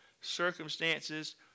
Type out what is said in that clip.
circumstances